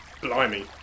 Blimey